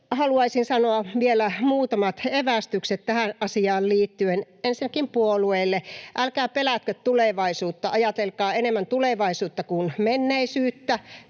haluaisin sanoa vielä muutamat evästykset tähän asiaan liittyen: Ensinnäkin puolueille: Älkää pelätkö tulevaisuutta, ajatelkaa enemmän tulevaisuutta kuin menneisyyttä,